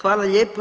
Hvala lijepa.